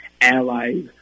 allies